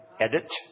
edit